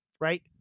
Right